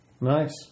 Nice